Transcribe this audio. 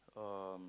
um